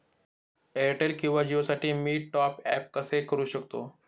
Airtel किंवा जिओसाठी मी टॉप ॲप कसे करु शकतो?